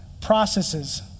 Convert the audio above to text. processes